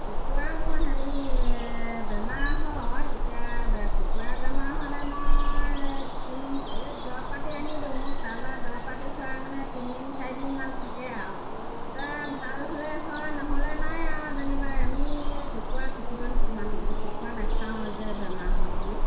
কুকুৰা মোৰ হেৰি বেমাৰ হয় এতিয়া বে কুকুৰা বেমাৰ হ'লে মই তিন এই দৰৱ পাতি আনি দিওঁ তাৰপৰা দৰৱ পাতি খুৱাই মানে তিনিদিন চাৰিদিনমান থাকে আৰু তাৰ ভাল হ'লে হয় নহ'লে নাই আৰু যেনিবা আমি কুকুৰা কিছুমান মান কুকুৰা নাখাওঁ যে বেমাৰ হ'ল বুলি